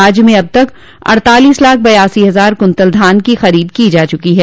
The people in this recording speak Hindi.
राज्य में अब तक अड़तालिस लाख बयासी हजार कुन्तल धान को खरीद की जा चुकी है